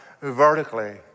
vertically